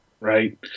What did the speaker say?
Right